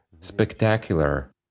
spectacular